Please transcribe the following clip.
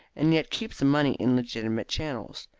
and yet keep the money in legitimate channels.